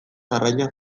arraina